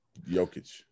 Jokic